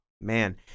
Man